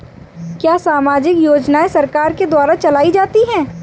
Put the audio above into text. क्या सामाजिक योजनाएँ सरकार के द्वारा चलाई जाती हैं?